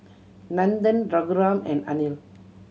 Nandan and Anil